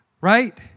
right